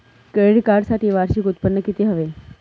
Credit कार्डसाठी वार्षिक उत्त्पन्न किती हवे?